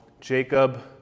Jacob